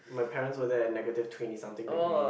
my parents were there at like negative twenty something degree